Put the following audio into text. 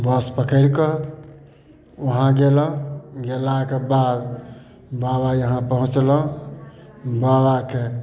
बस पकैड़ कऽ उहाँ गेलहुॅं गेलाकऽ बाद बाबा इहाँ पहुँचलहुॅं बाबाके